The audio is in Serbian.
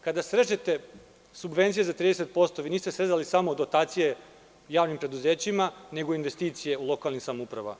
Kada srežete subvencije za 30%, niste srezali samo dotacije javnim preduzećima, nego i investicije lokalnim samoupravama.